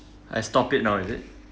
I stop it now is it